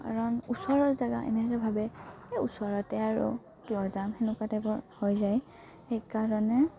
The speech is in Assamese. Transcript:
কাৰণ ওচৰৰ জেগা এনেকৈ ভাবে এই ওচৰতে আৰু কিয় যাম তেনেকুৱা টাইপৰ হৈ যায় সেইকাৰণে